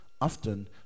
Often